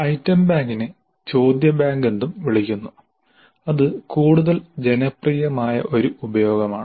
item ബാങ്കിനെ ചോദ്യ bank എന്നും വിളിക്കുന്നു അത് കൂടുതൽ ജനപ്രിയമായ ഒരു ഉപയോഗമാണ്